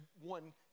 one